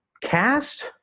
cast